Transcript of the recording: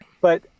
But-